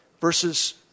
verses